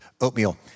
oatmeal